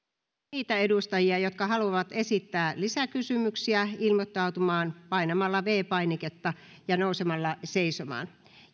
niitä edustajia jotka haluavat esittää lisäkysymyksiä ilmoittautumaan painamalla viides painiketta ja nousemalla seisomaan